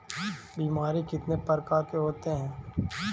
बीमारी कितने प्रकार के होते हैं?